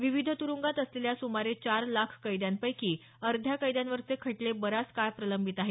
विविध तुरुगात असलेल्या सुमारे चार लाख कैद्यांपैकी अर्ध्या कैद्यांवरचे खटले बराच काळ प्रलंबित आहेत